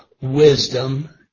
wisdom